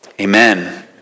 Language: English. Amen